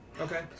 Okay